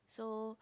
so